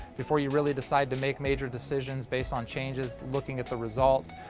before you really decide to make major decisions based on changes, looking at the results.